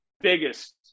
biggest